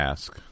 Ask